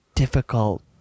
Difficult